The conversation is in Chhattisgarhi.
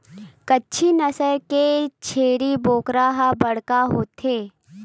कच्छी नसल के छेरी बोकरा ह बड़का होथे